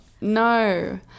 No